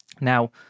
Now